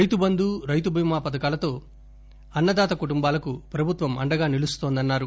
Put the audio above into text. రైతుబంధు రైతుబీమా పథకాలతో అన్నదాత కుటుంబాలకు ప్రభుత్వం అండగా నిలుస్తోందని అన్నారు